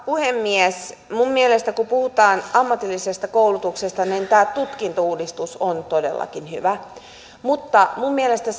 puhemies minun mielestäni kun puhutaan ammatillisesta koulutuksesta tämä tutkintouudistus on todellakin hyvä mutta minun mielestäni